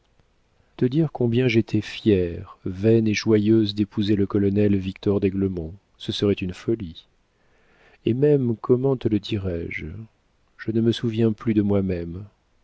te dire combien j'étais fière vaine et joyeuse d'épouser le colonel victor d'aiglemont ce serait une folie et même comment te le dirais-je je ne me souviens plus de moi-même